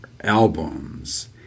albums